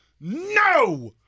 no